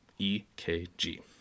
EKG